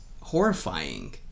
horrifying